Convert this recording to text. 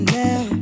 now